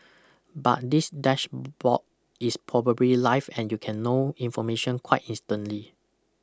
but this dashboard is probably live and you can know information quite instantly